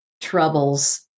troubles